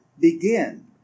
begin